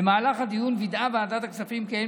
במהלך הדיון וידאה ועדת הכספים כי אין